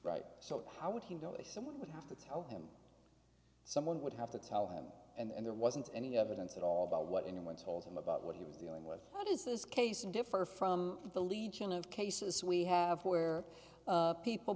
right so how would he know if someone would have to tell him someone would have to tell him and there wasn't any evidence at all about what anyone told him about what he was dealing with how does this case and differ from the legion of cases we have where people